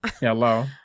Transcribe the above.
Hello